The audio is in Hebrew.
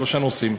שלושה נושאים,